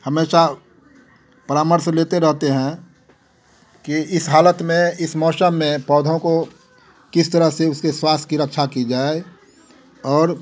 हमेशा परामर्श लेते रहते हैं कि इस हालत में इस मौसम में पौधों को किस तरह से उसके स्वास्थ्य की रक्षा की जाए और